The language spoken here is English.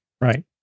right